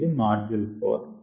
ఇది మాడ్యూల్ 4